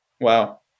Wow